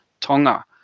Tonga